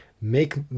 make